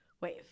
wave